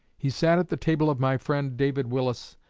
he sat at the table of my friend david willis,